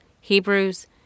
Hebrews